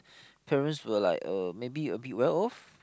parents were like uh maybe a bit well off